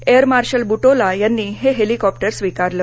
air marshal Butola यांनी हे helicopter स्वीकारलं